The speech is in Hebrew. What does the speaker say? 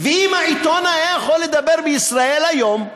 ואם העיתון היה יכול לדבר, ב"ישראל היום",